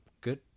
good